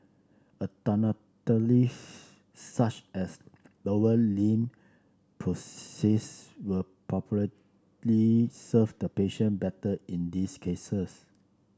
such as lower limb prosthesis will probably serve the patient better in these cases